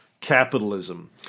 capitalism